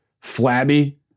flabby